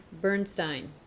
Bernstein